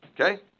Okay